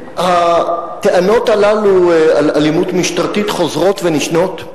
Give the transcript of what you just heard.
הטענות הללו על אלימות משטרתית חוזרות ונשנות,